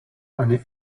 eine